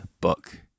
book